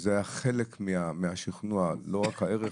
שזה היה חלק מהשכנוע לא רק הערך,